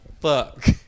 Fuck